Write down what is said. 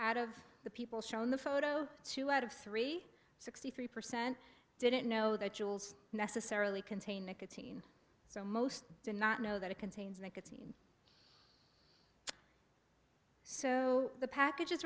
at of the people shown the photo two out of three sixty three percent didn't know that jewels necessarily contain nicotine so most did not know that it contains a nicotine so the package